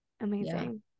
amazing